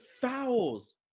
fouls